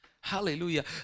Hallelujah